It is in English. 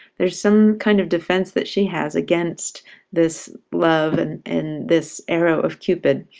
there's some kind of defense that she has against this love and and this arrow of cupid.